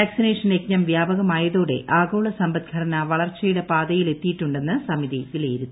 vaccination യജ്ഞം വ്യാപകമായതോടെ ആഗോളസമ്പദ്ഘടന വളർച്ചയുടെ പാതയിൽ എത്തിയിട്ടുണ്ടെന്ന് സമിതി വിലയിരുത്തി